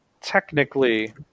technically